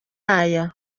aya